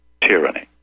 tyranny